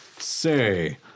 Say